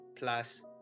plus